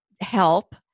help